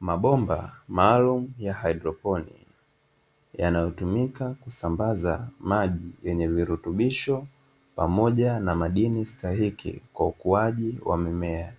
Mabomba maalumu ya haidroponi yanayotumika kusambaza maji yenye virutubisho pamoja na madini stahiki kwa ukuaji wa mimea.